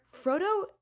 Frodo